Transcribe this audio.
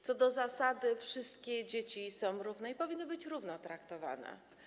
Co do zasady wszystkie dzieci są równe i powinny być równo traktowane.